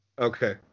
Okay